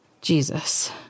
Jesus